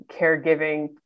caregiving